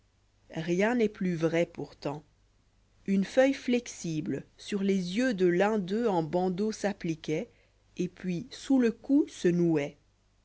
rien n'est plus vrai pourtant une feuille flexible sur les yeux de l'un d'eux en bandeau s'appliquoit et puis sous le cou se nouoit